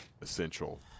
essential